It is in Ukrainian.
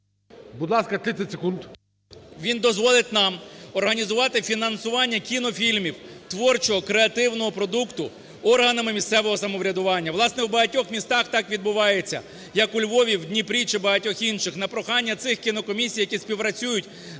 Будь ласка, 30 секунд. КНЯЖИЦЬКИЙ М.Л. Він дозволить нам організувати фінансування кінофільмів, творчого креативного продукту органами місцевого самоврядування. Власне, у багатьох містах так відбувається, як у Львові, в Дніпрі чи в багатьох інших. На прохання цих комісій, які співпрацюють